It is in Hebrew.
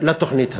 לתוכנית הזאת.